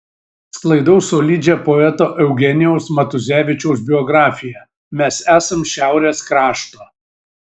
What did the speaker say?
sklaidau solidžią poeto eugenijaus matuzevičiaus biografiją mes esam šiaurės krašto